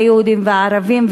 היהודים והערבים,